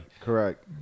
Correct